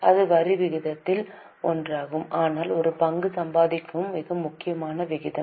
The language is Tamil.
இது விகிதங்களில் ஒன்றாகும் ஆனால் ஒரு பங்குக்கு சம்பாதிக்கும் மிக முக்கியமான விகிதம்